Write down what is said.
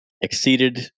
exceeded